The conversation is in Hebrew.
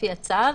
לפי הצו,